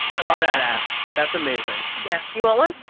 a but badass. that's amazing. yeah. do you ah like